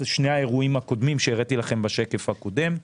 שני האירועים הקודמים שהראיתי לכם בשקף הקודם.